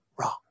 wrong